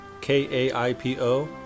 K-A-I-P-O